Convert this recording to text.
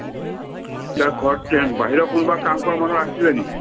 ইয়াত ঘৰত বাহিৰা কোনোবা কামকৰা মানুহ আছিলে নেকি